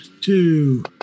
two